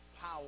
power